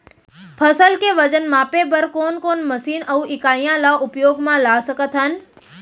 फसल के वजन मापे बर कोन कोन मशीन अऊ इकाइयां ला उपयोग मा ला सकथन?